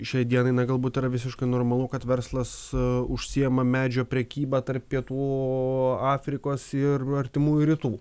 šiai dienai na gal būt yra visiškai normalu kad verslas užsiima medžio prekyba tarp pietų afrikos ir artimųjų rytų